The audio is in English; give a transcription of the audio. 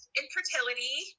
infertility